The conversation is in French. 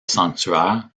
sanctuaire